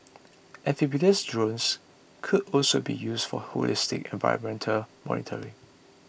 amphibious drones could also be used for holistic environmental monitoring